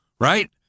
right